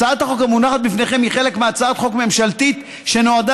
הצעת החוק המונחת בפניכם היא חלק מהצעת חוק ממשלתית שנועדה